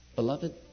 Beloved